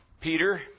Peter